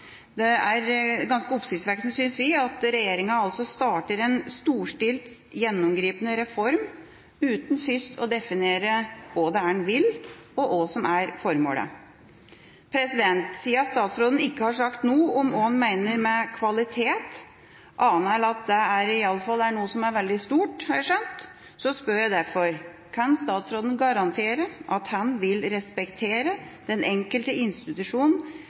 Det er ganske oppsiktsvekkende, synes vi, at regjeringa starter en storstilt, gjennomgripende reform uten først å definere hva det er en vil, og hva som er formålet. Siden statsråden ikke har sagt noe om hva han mener med kvalitet – annet enn at det iallfall er noe som er veldig stort, har jeg skjønt – spør jeg derfor: Kan statsråden garantere at han vil respektere den enkelte